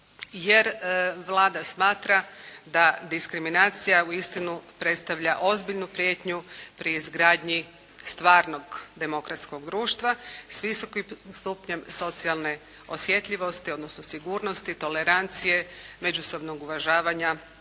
jer Vlada smatra da diskriminacija uistinu predstavlja ozbiljnu prijetnju pri izgradnji stvarnog demokratskog društva s visokim stupnjem socijalne osjetljivosti odnosno sigurnosti, tolerancije, međusobnog uvažavanja,